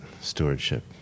Stewardship